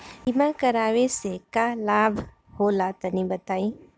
बीमा करावे से का लाभ होला तनि बताई?